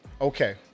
Okay